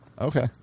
Okay